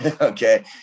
okay